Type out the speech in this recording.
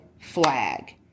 flag